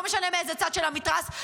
לא משנה מאיזה צד של המתרס,